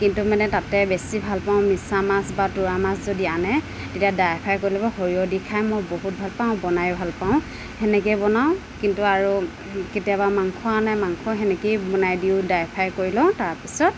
কিন্তু মানে তাতে বেছি ভালপাওঁ মিছা মাছ বা তোৰামাছ যদি আনে তেতিয়া ড্ৰাই ফ্ৰাই কৰি ল'ব সৰিয়হ দি খাই মোৰ বহুত ভালপাওঁ বনাই ভালপাওঁ সেনেকৈয়ে বনাওঁ কিন্তু আৰু কেতিয়াবা মাংসও আনে মাংস সেনেকৈয়ে বনাই দিওঁ ড্ৰাই ফ্ৰাই কৰি লওঁ তাৰপিছত